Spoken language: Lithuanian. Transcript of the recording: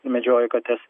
medžioja kates